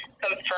confirm